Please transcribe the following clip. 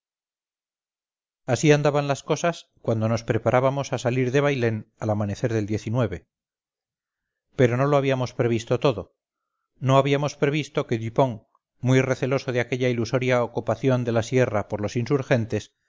así andaban las cosas cuando nos preparábamos asalir de bailén al amanecer del pero no lo habíamos previsto todo no habíamos previsto que dupont muy receloso de aquella ilusoria ocupación de la sierra por los insurgentes